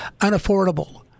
unaffordable